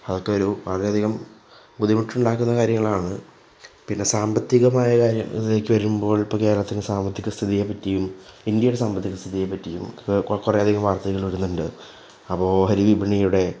അതൊക്കെയൊരു വളരെയധിയകം ബുദ്ധിമുട്ടുണ്ടാക്കുന്ന കാര്യങ്ങളാണ് പിന്നെ സാമ്പത്തികമായ ഇതിലേക്ക് വരുമ്പോള് ഇപ്പോള് കേരളത്തിൻ്റെ സാമ്പത്തിക സ്ഥിതിയെ പറ്റിയും ഇന്ത്യയുടെ സാമ്പത്തിക സ്ഥിതിയെ പറ്റിയും കുറേയധികം വാർത്തകള് വരുന്നുണ്ട് അപ്പോള് ഓഹരി വിപണിയുടെ